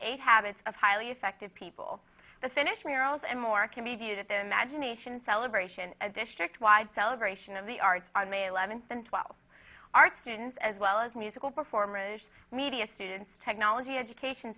a habits of highly effective people the finish murals and more can be viewed at the imagination celebration a district wide celebration of the arts on may eleventh and twelve art students as well as musical performers media students technology education